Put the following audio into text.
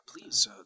Please